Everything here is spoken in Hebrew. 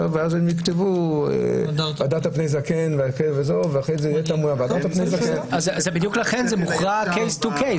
ואז הם יכתבו "והדרת פני זקן" --- בדיוק לכן זה מוכרע "קייס טו קייס".